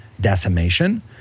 decimation